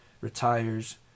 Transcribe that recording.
retires